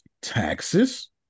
Taxes